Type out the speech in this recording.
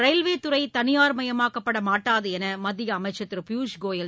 railway துறை தனியா்மயமாக்கப்படாது என்று மத்திய அமைச்ச் திரு பியூஷ் கோயல்